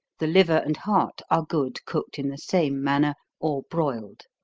the liver and heart are good cooked in the same manner, or broiled.